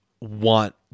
want